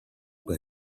but